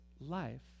life